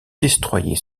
destroyers